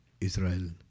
Israel